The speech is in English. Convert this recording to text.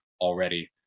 already